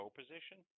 position